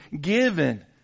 given